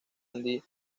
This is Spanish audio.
andy